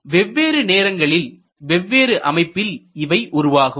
எனவே வெவ்வேறு நேரங்களில் வெவ்வேறு அமைப்பில் இவை உருவாகும்